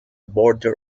border